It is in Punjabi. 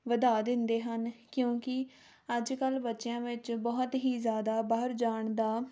ਵਧਾ ਦਿੰਦੇ ਹਨ ਕਿਉਂਕਿ ਅੱਜ ਕੱਲ੍ਹ ਬੱਚਿਆਂ ਵਿੱਚ ਬਹੁਤ ਹੀ ਜ਼ਿਆਦਾ ਬਾਹਰ ਜਾਣ ਦਾ